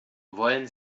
wollen